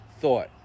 thought